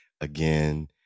Again